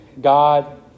God